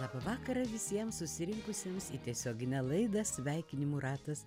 labą vakarą visiems susirinkusiems į tiesioginę laidą sveikinimų ratas